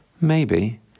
Maybe